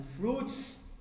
fruits